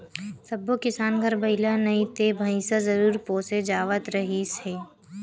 सब्बो किसान घर बइला नइ ते भइसा जरूर पोसे जावत रिहिस हे